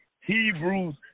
Hebrews